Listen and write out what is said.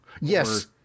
Yes